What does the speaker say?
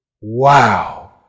wow